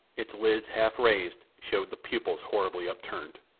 its lids, half-raised, showed the pupils horribly upturned.